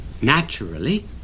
naturally